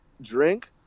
drink